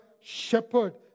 shepherd